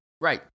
Right